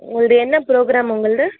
உங்களது என்ன ப்ரோக்ராம் உங்களது